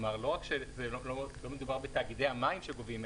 לא רק שלא מדובר בתאגידי המים שגובים,